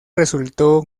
resultó